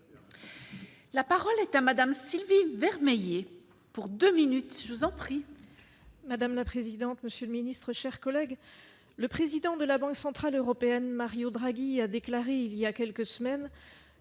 La parole est à Madame Sylvie Vermeil et pour 2 minutes je vous en prie. Madame la présidente, monsieur le ministre, chers collègues, le président de la Banque centrale européenne, Mario Draghi a déclaré il y a quelques semaines